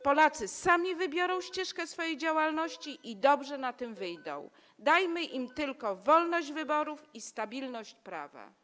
Polacy sami wybiorą ścieżkę swojej działalności i dobrze na tym wyjdą, dajmy im tylko wolność wyboru i stabilność prawa.